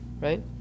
right